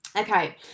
Okay